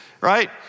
right